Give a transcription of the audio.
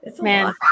Man